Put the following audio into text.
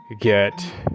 get